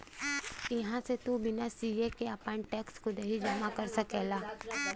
इहां से तू बिना सीए के आपन टैक्स खुदही जमा कर सकला